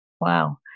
Wow